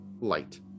light